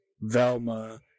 Velma